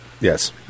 Yes